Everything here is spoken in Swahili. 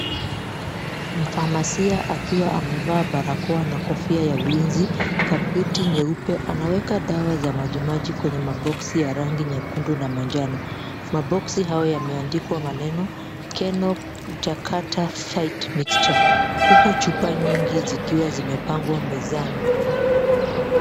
Mfamasia akiwa amevaa barakoa na kofia ya ulinzi, kabuti nyeupe, anaweka dawa ya majimaji kwenye maboxi ya rangi nyekundu na manjano. Maboxi haya yameandikwa maneno KHENO BAKTA FIGHT MIXTURE. Huku chupa nyingi zikiwa zimepangwa mezani.